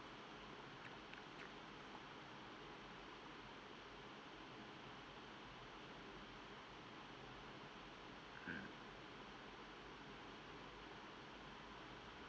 mm